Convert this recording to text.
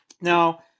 Now